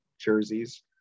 jerseys